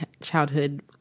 childhood